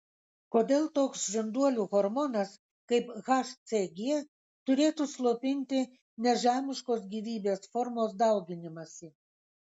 kodėl toks žinduolių hormonas kaip hcg turėtų slopinti nežemiškos gyvybės formos dauginimąsi